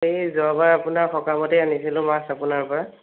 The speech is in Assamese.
এই যোৱাবাৰ আপোনাৰ সকামতেই আনিছিলোঁ মাছ আপোনাৰ পৰা